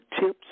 tips